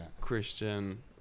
Christian